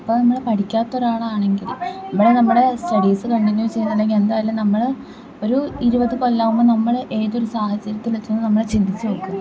ഇപ്പം നമ്മൾ പഠിക്കാത്തൊരാളാണെങ്കിൽ ഇവിടെ നമ്മുടെ സ്റ്റഡീസ് കണ്ടിന്യു ചെയ്യുന്നുണ്ടെങ്കിൽ എന്തായാലും നമ്മൾ ഒരു ഇരുപത് കൊല്ലാവുമ്പോൾ നമ്മൾ ഏതൊരു സാഹചര്യത്തിലെത്തുന്നു നമ്മൾ ചിന്തിച്ചിരിക്കും